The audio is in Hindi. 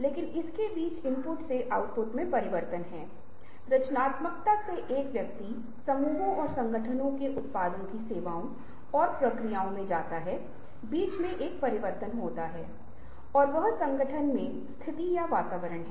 क्योंकि जब आप किसी भी तरह की विश्लेषणात्मक सोच रखते हैं तो आपका ध्यान मुख्य रूप से इस बात पर होता है कि क्या करना सही है घटनाओं का तार्किक क्रम क्या है यह समझ में आता है या नहीं और इस तरह की चीज़ो पर ध्यान लेकिन जब आप उदार सोच रखते हैं तो आप इन चीजों से परेशान नहीं होते हैं आपका जरूरी ध्यान सृजन पर होता है